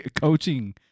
Coaching